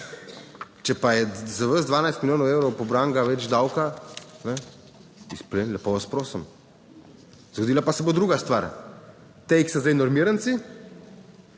Če pa je za vas 12 milijonov evrov pobranega več davka, izplen, lepo vas prosim! Zgodila pa se bo druga stvar - te, ki so zdaj normiranci,